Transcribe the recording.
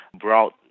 brought